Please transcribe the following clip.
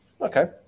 Okay